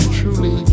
truly